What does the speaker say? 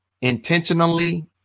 intentionally